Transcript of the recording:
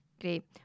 great